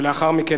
ולאחר מכן,